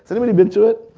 anyone been to it?